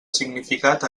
significat